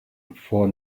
for